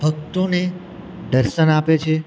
ભક્તોને દર્શન આપે છે